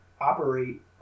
operate